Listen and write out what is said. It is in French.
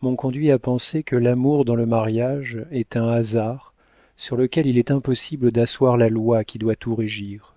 m'ont conduite à penser que l'amour dans le mariage est un hasard sur lequel il est impossible d'asseoir la loi qui doit tout régir